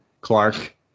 Clark